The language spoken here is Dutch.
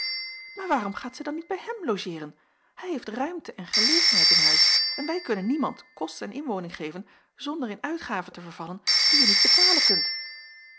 maar waarom gaat zij dan niet bij hem logeeren hij heeft ruimte en gelegenheid in huis en wij kunnen niemand kost en inwoning geven zonder in uitgaven te vervallen die je niet betalen kunt